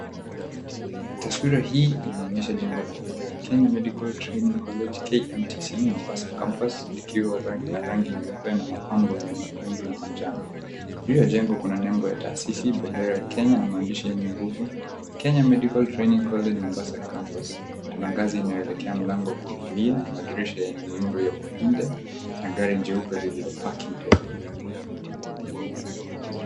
Taswira hii inaonyesha jengo la mbele ya Kenya Medical Training College KMTC, Mombasa Campus likiwa na rangi nyeupe na mapambo ya nyekundu na manjano. Juu ya jengo kuna nembo ya taasisi, bendera ya Kenya na maandishi yenye nguvu Kenya Medical Training College Mombasa Campus, kuna ngazi inayoelekea mlango wa kuingilia. Madirisha yenye miundo ya upinde na gari njeupe lililopaki mbele.